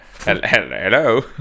Hello